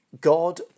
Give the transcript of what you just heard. God